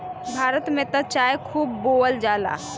भारत में त चाय खूब बोअल जाला